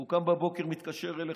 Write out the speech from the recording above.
הוא קם בבוקר ומתקשר אליך,